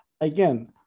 Again